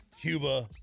Cuba